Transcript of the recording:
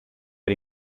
era